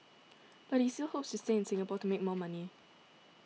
but he still hopes to stay in Singapore to make more money